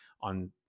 on